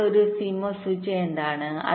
അപ്പോൾ ഒരു CMOS switch എന്താണ്